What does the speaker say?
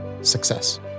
success